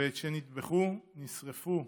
ואת שנטבחו, נשרפו,